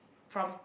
from